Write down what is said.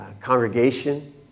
congregation